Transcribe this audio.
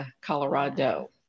Colorado